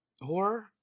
horror